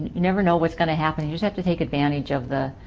you never know what's going to happen. and you have to take advantage of the